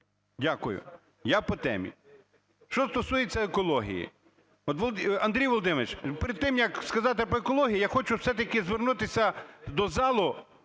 Дякую. Я по темі. Що стосується екології. Андрій Володимирович, перед тим, як сказати по екологія, я хочу все-таки звернутися до залу